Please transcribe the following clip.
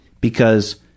because-